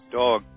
dog